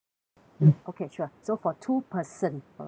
mm okay sure so for two person for right